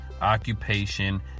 occupation